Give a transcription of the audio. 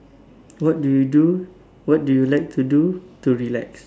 what do you do what do you like to do to relax